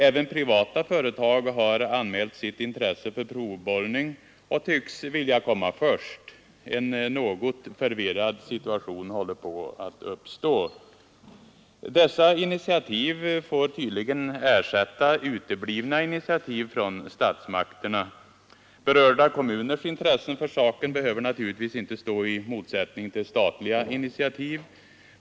Även privata företag har anmält sitt intresse för provborrning och tycks vilja komma först. En något förvirrad situation håller på att uppstå. Dessa initiativ får tydligen ersätta uteblivna initiativ från statsmakterna. Berörda kommuners intresse för saken behöver naturligtvis inte stå i motsättning till statliga initiativ.